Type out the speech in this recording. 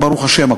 וברוך השם,